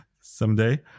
someday